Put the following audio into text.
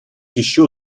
еще